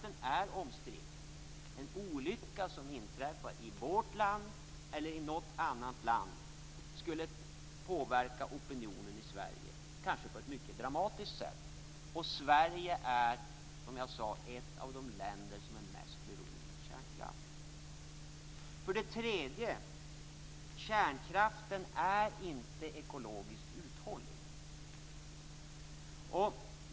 En olycka som inträffar i vårt eller i något annat land skulle påverka opinionen i Sverige, kanske på ett mycket dramatiskt sätt. Sverige är som jag sade ett av de länder som är mest beroende av kärnkraft. För det tredje är kärnkraften inte ekologiskt uthållig.